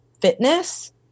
fitness